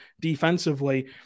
defensively